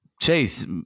Chase